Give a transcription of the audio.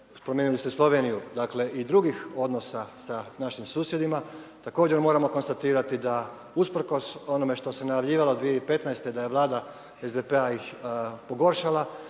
spomenuli ste Sloveniju, dakle i drugih odnosa sa našim susjedima također moramo konstatirati da usprkos onome što se najavljivalo 2015. da je Vlada SDP-a ih pogoršala